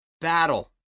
battle